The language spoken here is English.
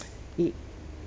it